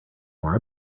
more